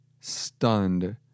stunned